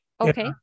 Okay